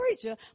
preacher